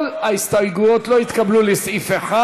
כל ההסתייגויות לסעיף 1 לא התקבלו.